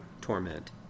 torment